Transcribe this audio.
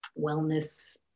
wellness